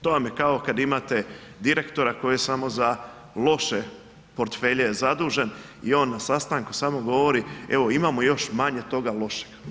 To vam je kao kad imate direktora koji je samo za loše portfelje zadužen i on na sastanku samo govori, evo imamo još manje toga lošega.